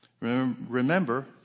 Remember